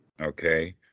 Okay